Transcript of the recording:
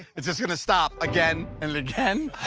it's just gonna stop again and again